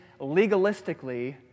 legalistically